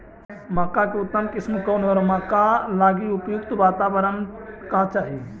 मक्का की उतम किस्म कौन है और मक्का लागि उपयुक्त बाताबरण का चाही?